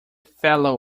fellow